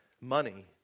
money